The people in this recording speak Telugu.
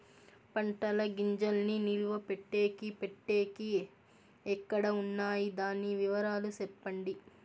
పంటల గింజల్ని నిలువ పెట్టేకి పెట్టేకి ఎక్కడ వున్నాయి? దాని వివరాలు సెప్పండి?